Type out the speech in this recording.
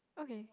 okay